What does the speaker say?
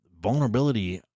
vulnerability